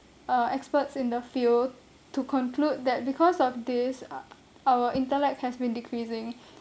uh experts in the field to conclude that because of this uh our intellect has been decreasing